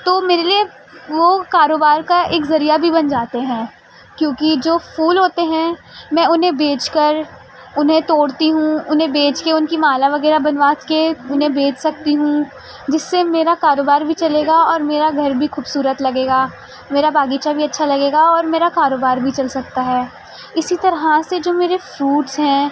تو میرے لیے وہ کاروبار کا ایک ذریعہ بھی بن جاتے ہیں کیونکہ جو پھول ہوتے ہیں میں انہیں بیچ کر انہیں توڑتی ہوں انہیں بیچ کے ان کی مالا وغیرہ بنوا کے انہیں بیچ سکتی ہوں جس سے میرا کاروبار بھی چلے گا اور میرا گھر بھی خوبصورت لگے گا میرا باغیچہ بھی اچھا لگے گا اور میرا کاروبار بھی چل سکتا ہے اسی طرح سے جو میرے فروٹس ہیں